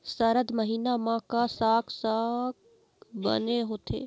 सरद महीना म का साक साग बने होथे?